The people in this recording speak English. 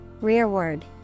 Rearward